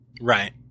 Right